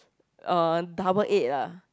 uh double eight ah